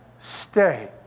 stay